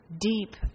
deep